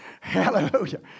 Hallelujah